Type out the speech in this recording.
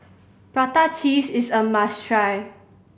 prata cheese is a must try